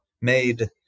made